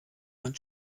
man